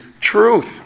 truth